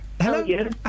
Hello